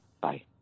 Bye